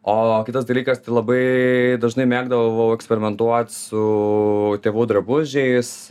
o kitas dalykas tai labai dažnai mėgdavau eksperimentuot su tėvų drabužiais